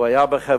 הוא היה בחברון,